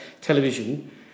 television